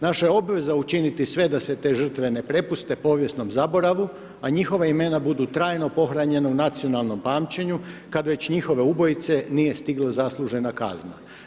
Naša je obveza učiniti sve da se te žrtve ne prepuste povijesnom zaboravu, a njihova imena budu trajno pohranjena u nacionalnom pamćenju, kada već njihove ubojice, nije stigla zaslužena kazna.